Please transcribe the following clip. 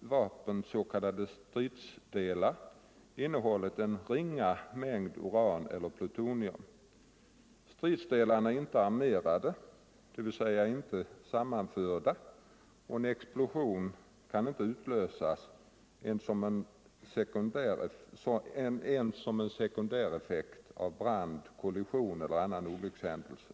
vapens s.k. stridsdelar innehållit en ringa mängd uran eller och en explosion kan inte utlösas ens som en sekundäreffekt vid brand, Torsdagen den kollision eller annan olyckshändelse.